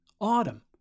autumn